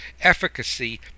efficacy